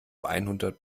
einhundert